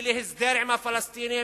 ולהסדר עם הפלסטינים,